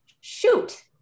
shoot